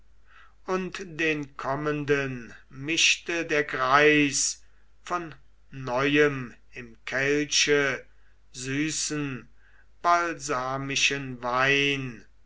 und den kommenden mischte der greis von neuem im kelche süßen balsamischen wein